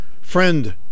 friend